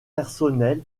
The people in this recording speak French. personnel